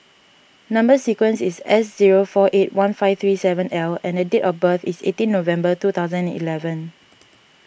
Number Sequence is S zero four eight one five three seven L and date of birth is eighteen November two thousand and eleven